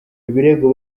ibirego